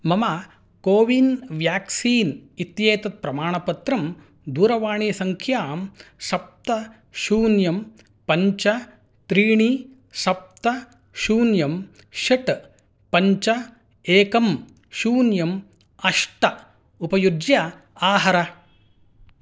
मम CoWIN vaccine इत्येतत् प्रमाणपत्रं दूरवाणीसङ्ख्यां सप्त शून्यं पञ्च त्रीणि शप्त शून्यं षट् पञ्च एकं शून्यं अष्ट उपयुज्य आहर